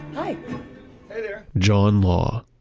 hi hey, there john law,